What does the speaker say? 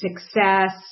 success